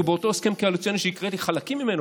כי באותו הסכם קואליציוני שהקראתי חלקים ממנו